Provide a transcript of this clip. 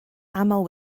aml